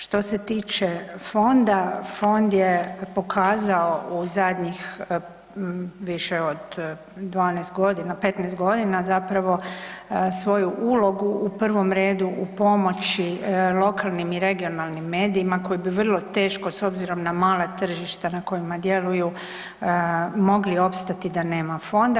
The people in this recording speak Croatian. Što se tiče fonda, fond je pokazao u zadnjih više od 15 godina svoju ulogu u prvom redu u pomoći lokalnim i regionalnim medijima koji bi vrlo teško s obzirom na mala tržišta na kojima djeluju mogli opstati da nema fonda.